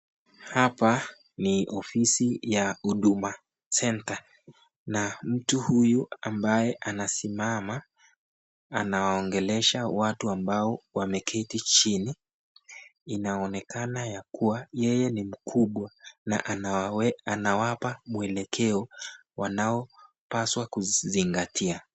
Hapa ni ofisi ya huduma centre na mtu huyu ambaye anasimama anaongelesha watu ambao wameketi chini. Inaonekana yakuwa yeye ni mkubwa na anawapa mwelekeo wanaopaswa kuzingatia.